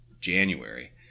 January